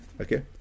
okay